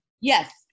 Yes